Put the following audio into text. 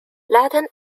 latin